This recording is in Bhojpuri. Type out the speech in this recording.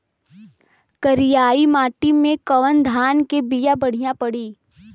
करियाई माटी मे कवन धान के बिया बढ़ियां पड़ी?